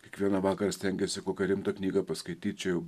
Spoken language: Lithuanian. kiekvieną vakarą stengiasi kokią rimtą knygą paskaityt čia jau